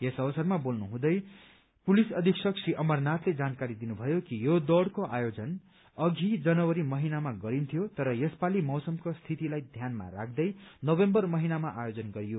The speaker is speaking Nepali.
यस अवसरमा बोल्नु हुँदै पुलिस अधिक्षक श्री अमरनाथले जानकारी दिनुभयो कि यो दौड़को आयोजन अघि जनवरी महिनामा गरिन्थ्यो तर यसपाली मौसमको स्थितिलाई ध्यानमा राख्दै नवम्बर महिनामा आयोजन गरियो